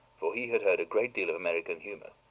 for he had heard a great deal of american humor.